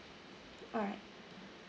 alright